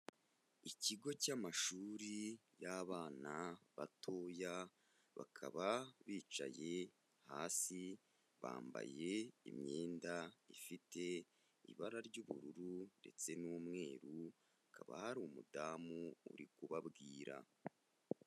Ikigo cy'amashuri y'abana batoya bakaba bicaye hasi bambaye imyenda ifite ibara ry'ubururu ndetse n'umweru, hakaba hari umudamu uri kubabwira.